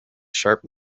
sharp